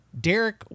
derek